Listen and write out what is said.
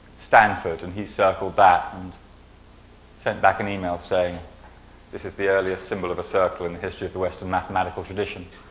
stanford. and he circled that and sent back an email saying this is the earliest symbol of a circle in the history of the western mathematical tradition.